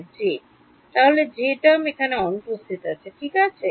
ছাত্র J তাহলে term এখানে অনুপস্থিত ঠিক আছে